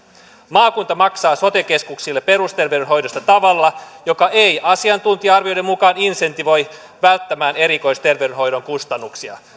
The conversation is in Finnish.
maakunta maksaa sote keskuksille perusterveydenhoidosta tavalla joka ei asiantuntija arvioiden mukaan insentivoi välttämään erikoisterveydenhoidon kustannuksia